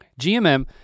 GMM